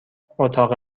اتاق